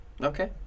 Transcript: Okay